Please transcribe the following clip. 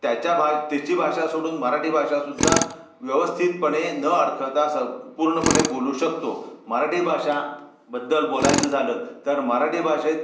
त्याच्या भा त्याची भाषा सोडून मराठी भाषासुद्धा व्यवस्थितपणे न अडखळता स पूर्णपणे बोलू शकतो मराठी भाषा बद्दल बोलायचं झालं तर मराठी भाषेत